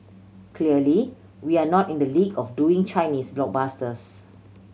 clearly we're not in the league of doing Chinese blockbusters